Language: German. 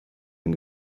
den